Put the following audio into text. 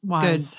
good